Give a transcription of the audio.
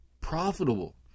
profitable